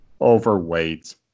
overweight